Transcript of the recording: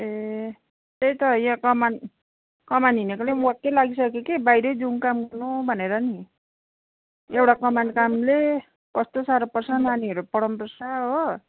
ए त्यही त यहाँ कमान कमान हिँडेकोले पनि वाक्कै लागिसक्यो कि बाहिरै जाऊँ काम गर्नु भनेर नि एउटा कमान कामले कस्तो साह्रो पर्छ नानीहरू पढाउनुपर्छ हो